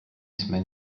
jsme